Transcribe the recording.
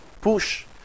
push